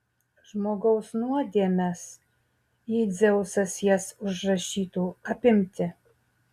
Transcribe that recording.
žmogaus nuodėmes jei dzeusas jas užrašytų apimti